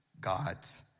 god's